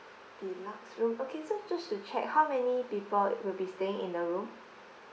deluxe room okay so just to check how many people will be staying in the room